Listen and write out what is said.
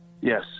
Yes